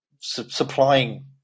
supplying